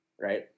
right